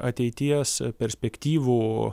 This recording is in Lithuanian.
ateities perspektyvų